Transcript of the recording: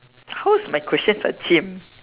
how's my questions are cheem